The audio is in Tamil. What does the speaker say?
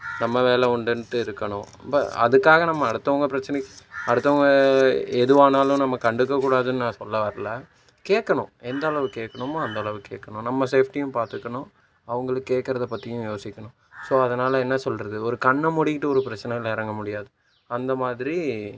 நம்ம வேலை உண்டுன்ட்டு இருக்கணும் ரொம்ப அதுக்காக நம்ம அடுத்தவங்க பிரச்சினைக்கு அடுத்தவங்க எதுவானாலும் நம்ம கண்டுக்கக் கூடாதுன்னு நான் சொல்ல வரலை கேட்கணும் எந்த அளவுக்கு கேட்கணுமோ அந்த அளவு கேட்கணும் நம்ம சேஃப்டியும் பார்த்துக்கணும் அவர்கள் கேக்கறதை பற்றியும் யோசிக்கணும் ஸோ அதனால் என்ன சொல்வது ஒரு கண்ணை மூடிகிட்டு ஒரு பிரச்சனையில் இறங்க முடியாது அந்த மாதிரி